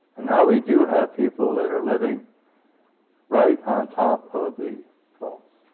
and now we do have people that are living right on top of the faults.